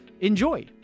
Enjoy